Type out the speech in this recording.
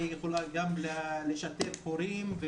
היא יכולה גם לשתף הורים.